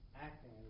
acting